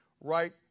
Right